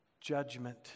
judgment